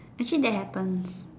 actually that happens